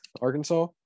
Arkansas